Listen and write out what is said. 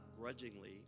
grudgingly